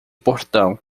portão